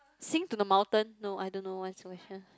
sing to the mountain no I don't know what's the question